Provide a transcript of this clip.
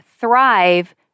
thrive